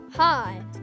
Hi